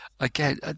Again